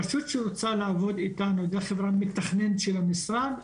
רשות שרוצה לעבוד איתנו דרך חברה מתכננת של המשרד,